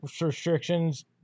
restrictions